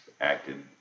acted